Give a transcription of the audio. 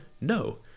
No